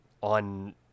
on